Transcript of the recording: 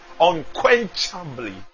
unquenchably